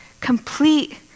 complete